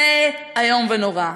זה איום ונורא.